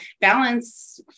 balance